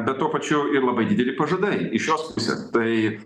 bet tuo pačiu ir labai dideli pažadai iš jos pusės tai